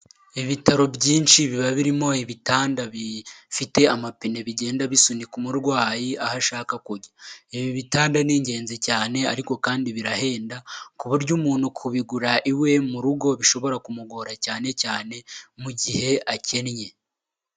Ibitaro byinshi biba birimo ibitanda bifite amapine bigenda bisunika umurwayi aho ashaka kujya, ibi bitanda ni ingenzi cyane ariko kandi birahenda ku buryo umuntu kubigura iwe mu rugo bishobora kumugora cyane cyane mu gihe akennye.